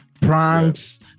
pranks